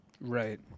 right